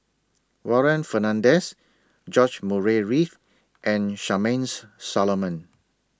Warren Fernandez George Murray Reith and Charmaine's Solomon